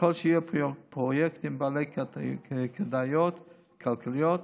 ככל שיהיו פרויקטים בעלי כדאיות כלכלית,